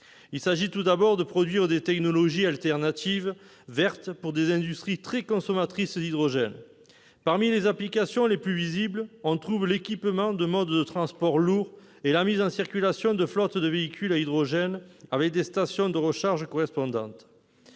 Il s'agit, tout d'abord, de produire des technologies alternatives vertes pour des industries très consommatrices d'hydrogène. Parmi les applications les plus visibles, on trouve l'équipement de modes de transports lourds et la mise en circulation de flottes de véhicules à hydrogène, avec des stations de recharge correspondantes.